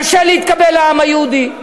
קשה להתקבל לעם היהודי.